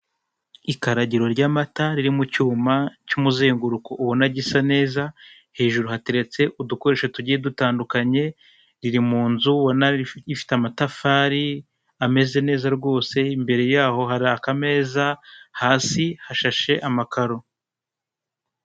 Abagabo babiri bari kuri gishe, uri inyuma wambaye ishati yumukara ameze nk'aho yabonye amafaranga ye, ari kuyabara kugira ngo arebe ko yuzuye. Uwambaye ishati y'umweru we ntabwo arayafata yose; hari ayo amajije gufata, andi aracyari kuri gishe.